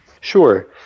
Sure